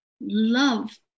love